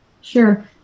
Sure